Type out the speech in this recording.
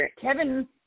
Kevin